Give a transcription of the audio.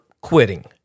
quitting